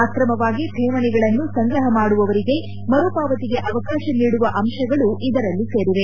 ಅಕ್ರಮವಾಗಿ ಠೇವಣಿಗಳನ್ನು ಸಂಗ್ರಹ ಮಾಡುವವರಿಗೆ ಮರುಪಾವತಿಗೆ ಅವಕಾಶ ನೀಡುವ ಅಂಶಗಳೂ ಇದರಲ್ಲಿ ಸೇರಿವೆ